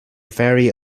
vary